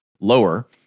lower